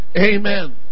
Amen